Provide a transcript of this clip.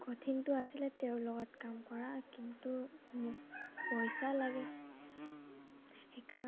কঠিনতো আছিলে তেওঁৰ লগত কাম কৰা কিন্তু মোক পইচা লাগে